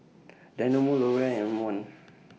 Dynamo L'Oreal and M one